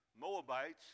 Moabites